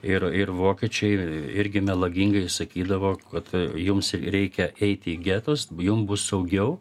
ir ir vokiečiai irgi melagingai sakydavo kad jums reikia eiti į getus jum bus saugiau